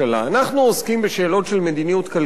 אנחנו עוסקים בשאלות של מדיניות כלכלית,